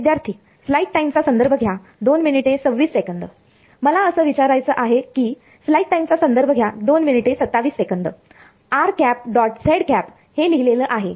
विद्यार्थी मला असं विचारायचा आहे की हे लिहिलेलं आहे